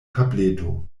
tableto